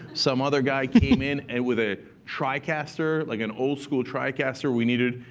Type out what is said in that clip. some other guy came in and with ah tricaster, like an old school tricaster we needed.